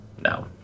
No